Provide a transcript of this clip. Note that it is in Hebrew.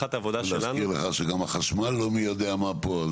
אני מזכיר לך שגם החשמל לא מי יודע מה פה.